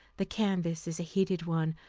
the canvass is a heated one,